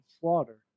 Slaughter